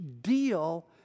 deal